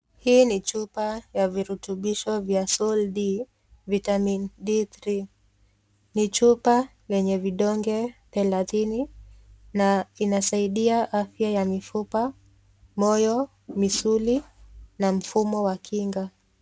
Hii ni chupa ya virutumbisho vya sol d vitami d3, ni chupa yenye vidonge thelathini na inasaidia afya ya mifupa ,moyo misuri na mfumo wa kinga.